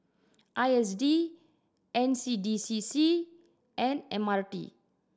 I S D N C D C C and M R T